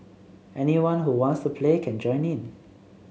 anyone who wants to play can join in